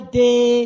day